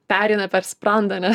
pereina per sprandą ne